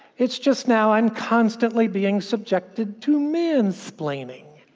it's just now i'm constantly being subjected to mansplaining.